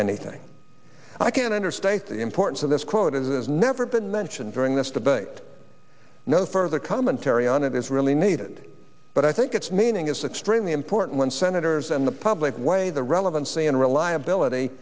anything i can't understate the importance of this quote it has never been mentioned during this debate no further commentary on it is really needed but i think its meaning is extremely important when senators and the public way the relevancy and reliability